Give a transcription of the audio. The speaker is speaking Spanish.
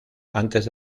antes